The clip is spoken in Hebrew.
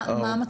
מה המטרות?